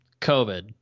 COVID